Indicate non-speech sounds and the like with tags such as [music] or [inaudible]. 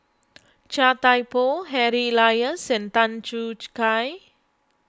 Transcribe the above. Chia Thye Poh Harry Elias and Tan Choo [unintelligible] Kai